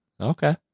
Okay